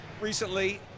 recently